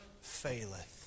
faileth